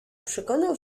przekonał